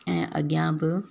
ऐं अॻियां बि